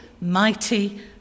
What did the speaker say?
mighty